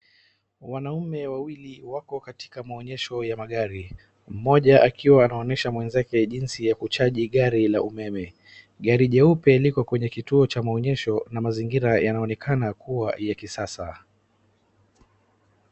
Wanaume wawili wako katika maonyesho ya magari. Mmoja akiwa anaonyesha mwenzake jinsi ya kuchaji gari la umeme. Gari jeupe liko kwenye kituo cha maonyesho na mazingira yanaonekana kuwa ya kisasa.